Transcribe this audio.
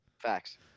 facts